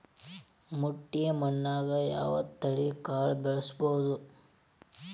ಮಟ್ಟಿ ಮಣ್ಣಾಗ್, ಯಾವ ತಳಿ ಕಾಳ ಬೆಳ್ಸಬೋದು?